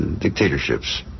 dictatorships